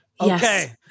Okay